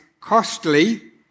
costly